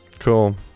Cool